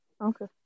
Okay